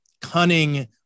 cunning